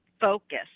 focus